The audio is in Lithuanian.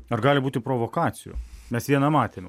ar gali būti provokacijų mes vieną matėm jau